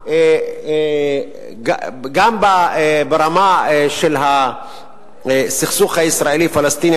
גם ברמה של הסכסוך הישראלי פלסטיני,